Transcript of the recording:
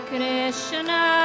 Krishna